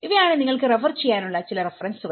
ഇവയാണ് നിങ്ങൾക്ക് റെഫർ ചെയ്യാനുള്ള ചില റഫറൻസുകൾ